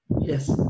Yes